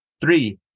Three